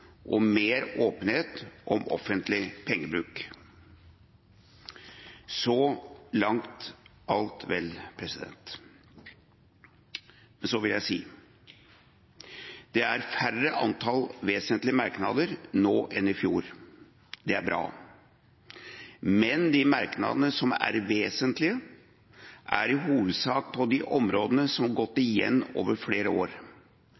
og mer åpenhet om offentlig pengebruk. Så langt alt vel. Så vil jeg si: Det er færre antall vesentlige merknader nå enn i fjor. Det er bra. Men de merknadene som er vesentlige, er i hovedsak på de områdene som har gått igjen over flere år.